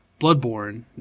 Bloodborne